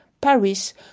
Paris